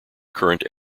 current